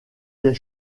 des